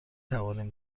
توانیم